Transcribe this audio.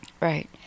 Right